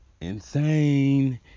insane